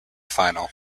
final